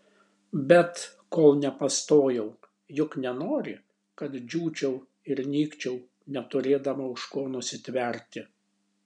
bet kol nepastojau juk nenori kad džiūčiau ir nykčiau neturėdama už ko nusitverti